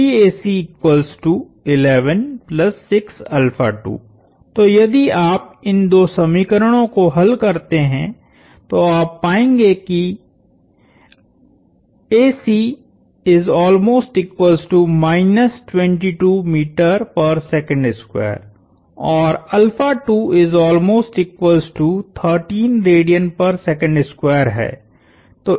तो यदि आप इन दो समीकरणों को हल करते हैं तो आप पाएंगे कि औरहैं